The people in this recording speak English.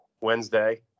Wednesday